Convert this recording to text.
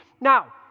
Now